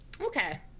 Okay